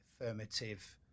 affirmative